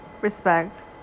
respect